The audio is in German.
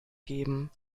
geben